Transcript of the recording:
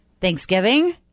Thanksgiving